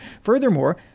Furthermore